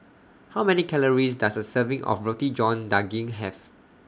How Many Calories Does A Serving of Roti John Daging Have